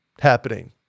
happening